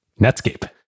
Netscape